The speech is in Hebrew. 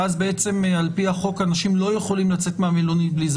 ואז על פי החוק אנשים לא יכולים לצאת מהמלונית בלי זה